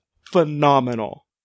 phenomenal